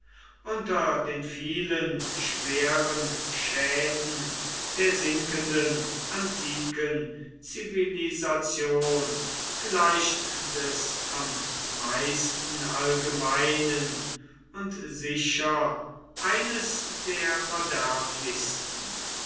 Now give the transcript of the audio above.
unter den vielen schweren schäden der sinkenden antiken zivilisation vielleicht des am meisten allgemeinen und sicher eines der